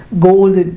gold